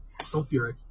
sulfuric